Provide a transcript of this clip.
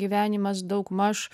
gyvenimas daugmaž